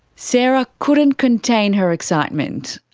sarah couldn't contain her excitement.